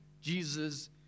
Jesus